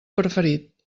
preferit